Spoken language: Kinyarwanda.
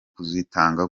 kuzitanga